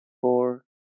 four